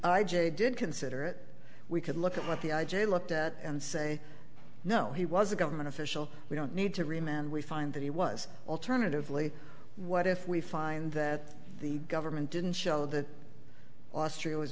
a did consider it we could look at what the i j a looked at and say no he was a government official we don't need to remain and we find that he was alternatively what if we find that the government didn't show that austria was